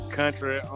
country